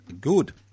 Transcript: good